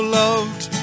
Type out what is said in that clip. loved